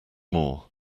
more